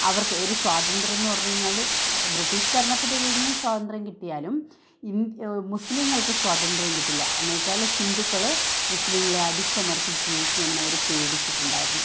അവര്ക്ക് ഒരു സ്വാതന്ത്യം എന്ന് പറഞ്ഞ് കഴിഞ്ഞാൽ ബ്രിട്ടീഷ് ഭരണത്തിന്റെ കീഴിലും സ്വാതന്ത്യം കിട്ടിയാലും ഇ മുസ്ലീങ്ങള്ക്ക് സ്വാതന്ത്യം കിട്ടില്ല എന്നു വെച്ചാൽ ഹിന്ദുക്കൾ മുസ്ലീങ്ങളെ അടിച്ചമര്ത്തി ജീവിക്കുമെന്ന് അവർ പേടിച്ചിട്ടുണ്ടായിരുന്നു